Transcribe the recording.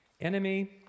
Enemy